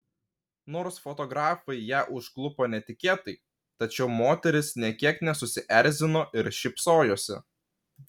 nors fotografai ją užklupo netikėtai tačiau moteris nė kiek nesusierzino ir šypsojosi